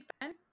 Ben